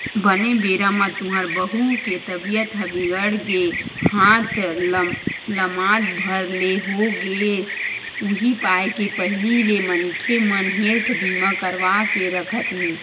बने बेरा म तुँहर बहू के तबीयत ह बिगड़ गे हाथ लमात भर ले हो गेस उहीं पाय के पहिली ले मनखे मन हेल्थ बीमा करवा के रखत हे